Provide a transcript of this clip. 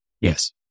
Yes